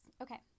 Okay